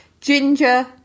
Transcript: ginger